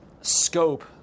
scope